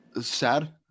sad